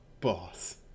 boss